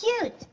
cute